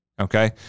Okay